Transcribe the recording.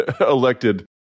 Elected